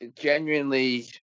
genuinely